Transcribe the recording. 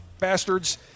Bastards